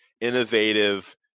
innovative